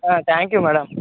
ah thank you madam